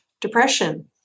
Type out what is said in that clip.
depression